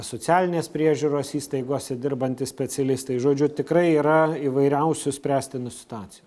socialinės priežiūros įstaigose dirbantys specialistai žodžiu tikrai yra įvairiausių spręstinų situacijų